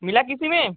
मिला किसी में